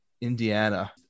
Indiana